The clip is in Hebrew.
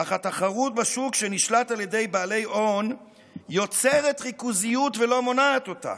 אך התחרות בשוק שנשלט על ידי בעלי הון יוצרת ריכוזיות ולא מונעת אותה.